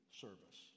service